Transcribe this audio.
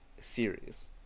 series